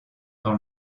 dans